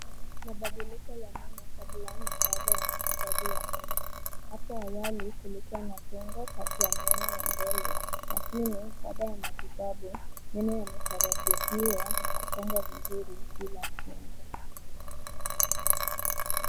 Mabadiliko ya meno kabla na baada ya matibabu ya meno. Hapo awali kulikuwa na pengo kati ya meno ya mbele lakini baada ya matibabu meno yamekarabatiwa na kupangwa vizuri bila pengo.